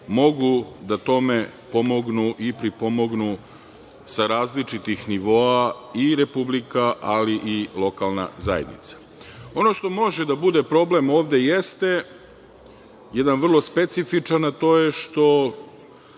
mogu da tome pomognu sa različitih nivoa i Republika, ali i lokalna zajednica. Ono što može da bude problem ovde jeste jedan vrlo specifičan, a to je što